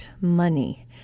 money